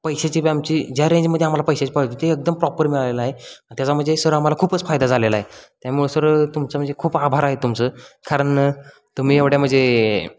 पैशाची बी आमची ज्या रेंजमध्ये आम्हाला पैशाची पाहिजे ते एकदम प्रॉपर मिळालेलं आहे त्याचा म्हणजे सर आम्हाला खूपच फायदा झालेला आहे त्यामुळे सर तुमचं म्हणजे खूप आभार आहे तुमचं कारण तुम्ही एवढ्या म्हणजे